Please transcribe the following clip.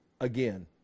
again